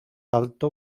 alto